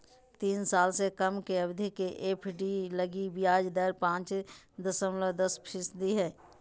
तीन साल से कम के अवधि के एफ.डी लगी ब्याज दर पांच दशमलब दस फीसदी हइ